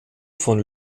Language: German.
von